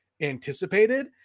anticipated